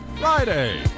Friday